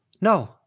No